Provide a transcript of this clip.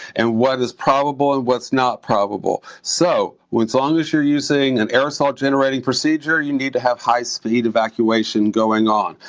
and what is probable and what's not probable. so as long as you're using an aerosol-generating procedure you need to have high speed evacuation going on.